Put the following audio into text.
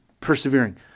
persevering